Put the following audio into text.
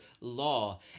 law